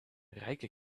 rijke